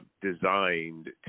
designed